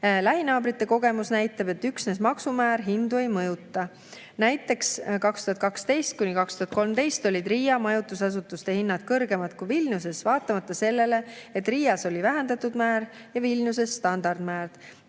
Lähinaabrite kogemus näitab, et üksnes maksumäär hindu ei mõjuta. Näiteks 2012–2013 olid Riia majutusasutuste hinnad kõrgemad kui Vilniuses, vaatamata sellele, et Riias oli vähendatud määr ja Vilniuses standardmäär.